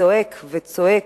יש לזעוק חמס,